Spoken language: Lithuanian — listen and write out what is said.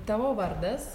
tavo vardas greta